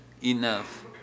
enough